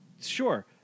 Sure